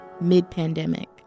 mid-pandemic